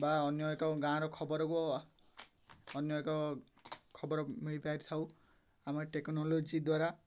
ବା ଅନ୍ୟ ଏକ ଗାଁର ଖବରକୁ ଅନ୍ୟ ଏକ ଖବର ମିଳିପାରିଥାଉ ଆମେ ଟେକ୍ନୋଲୋଜି ଦ୍ୱାରା